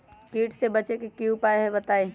कीट से बचे के की उपाय हैं बताई?